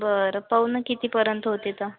बरं पाहू ना कितीपर्यंत होते तर